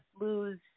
lose